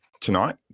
tonight